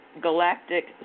galactic